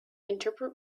interpret